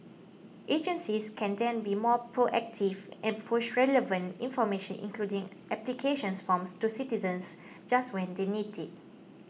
agencies can then be more proactive and push relevant information including applications forms to citizens just when they need it